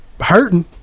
hurting